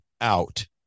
out